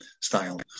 style